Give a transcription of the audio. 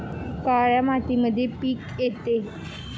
काळी मातीमध्ये कोणते पिके येते?